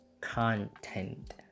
content